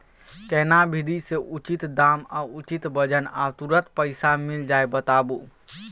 केना विधी से उचित दाम आ उचित वजन आ तुरंत पैसा मिल जाय बताबू?